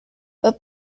but